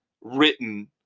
written